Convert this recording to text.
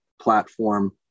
platform